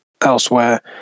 elsewhere